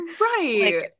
Right